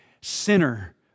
sinner